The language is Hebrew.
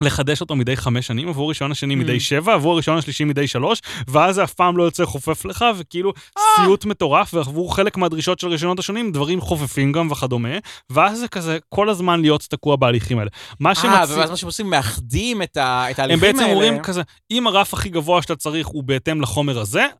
לחדש אותו מדי חמש שנים, עבור ראשון השני מדי שבע, עבור ראשון השלישי מדי שלוש, ואז אף פעם לא יוצא חופף לך, וכאילו, סיוט מטורף, ועבור חלק מהדרישות של רישיונותהשונים, דברים חופפים גם וכדומה, ואז זה כזה, כל הזמן להיות תקוע בהליכים האלה. מה שמציעים... מה שעושים, מאחדים את ההליכים האלה. הם בעצם אומרים כזה, אם הרף הכי גבוה שאתה צריך הוא בהתאם לחומר הזה.